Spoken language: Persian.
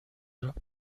رفت